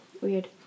Weird